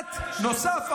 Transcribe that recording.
פרט נוסף,